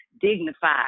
dignified